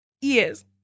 Yes